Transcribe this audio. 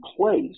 place